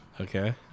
Okay